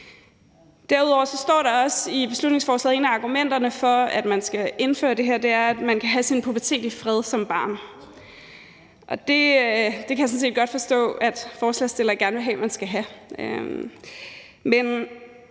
Derudover står der også i beslutningsforslaget, at et af argumenterne for, at det her skal indføres, er, at man kan have sin pubertet i fred som barn. Det kan jeg sådan set godt forstå at forslagsstillerne gerne vil have at man skal, men